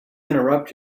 interrupt